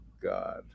God